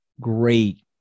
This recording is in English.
great